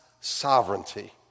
sovereignty